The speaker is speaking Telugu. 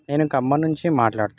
నేను ఖమ్మం నుంచి మాట్లాడుతాను